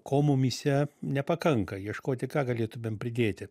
ko mumyse nepakanka ieškoti ką galėtumėm pridėti